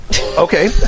okay